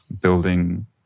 building